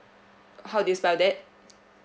how do you spell that